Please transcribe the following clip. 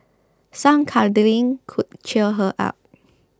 some cuddling could cheer her up